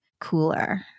cooler